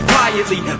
Quietly